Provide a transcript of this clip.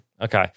Okay